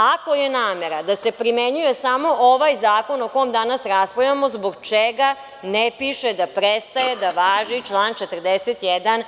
Ako je namera da se primenjuje samo ovaj zakon o kome danas raspravljamo, zbog čega ne piše da prestaje da važi član 41.